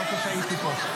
לא כשהייתי פה.